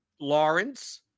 Lawrence